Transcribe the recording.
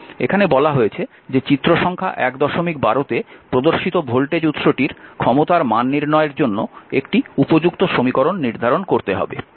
এখানে বলা হয়েছে যে চিত্র সংখ্যা 112 তে প্রদর্শিত ভোল্টেজ উৎসটির ক্ষমতার মান নির্ণয়ের জন্য একটি উপযুক্ত সমীকরণ নির্ধারণ করতে হবে